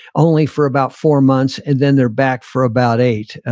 only for about four months and then they're back for about eight.